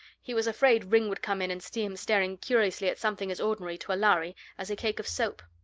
he was afraid ringg would come in, and see him staring curiously at something as ordinary, to a lhari, as a cake of soap.